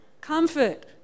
Comfort